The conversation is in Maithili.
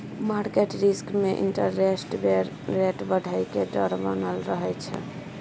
मार्केट रिस्क में इंटरेस्ट रेट बढ़इ के डर बनल रहइ छइ